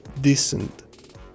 decent